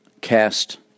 cast